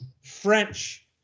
French